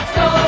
go